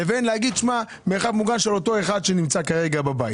לבין מרחב מוגן של אותו אחד שנמצא כרגע בבית.